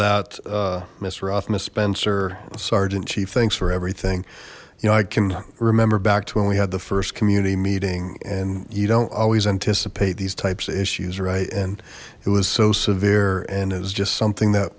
miss spencer sergeant chief thanks for everything you know i can remember back to when we had the first community meeting and you don't always anticipate these types of issues right and it was so severe and it was just something that